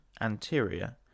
anterior